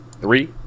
three